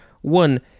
one